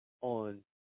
on